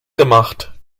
gemacht